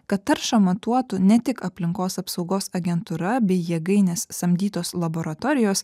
kad taršą matuotų ne tik aplinkos apsaugos agentūra bei jėgainės samdytos laboratorijos